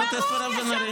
חברת הכנסת מירב בן ארי.